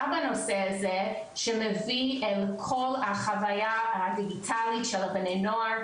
בנושא הזה שמביא את כל החוויה הדיגיטלית של בני הנוער,